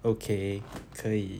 okay 可以